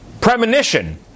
premonition